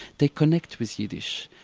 they connect with yiddish.